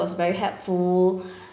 was very helpful